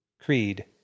Creed